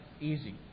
easy